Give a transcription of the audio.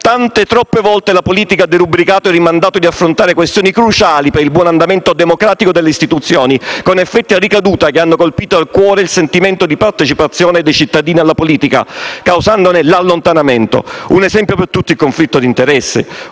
Tante, troppe volte la politica ha derubricato e rimandato di affrontare questioni cruciali per il buon andamento democratico delle istituzioni, con effetti e ricadute che hanno colpito al cuore il sentimento di partecipazione dei cittadini alla politica, causandone l'allontanamento. Un esempio per tutti è il conflitto di interessi,